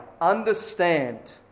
understand